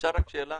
--- אפשר שאלה?